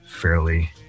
fairly